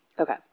Okay